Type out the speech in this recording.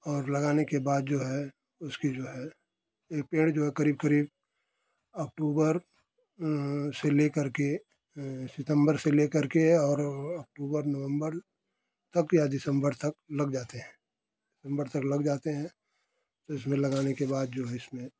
और लगाने के बाद जो है उसकी जो है ये पेड़ जो है करीब करीब अक्टूबर से लेकर के सितम्बर से लेकर के और अक्टूबर नवम्बर तक या दिसम्बर तक लग जाते हैं दिसम्बर तक लग जाते हैं तो इसमें लगाने के बाद जो इसमें